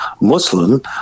Muslim